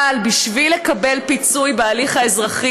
אבל בשביל לקבל פיצוי בהליך האזרחי,